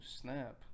snap